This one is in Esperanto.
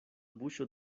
buŝo